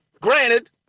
Granted